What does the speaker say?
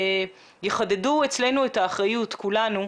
יחדדו אצלנו את האחריות, אצל כולנו,